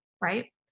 right